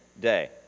day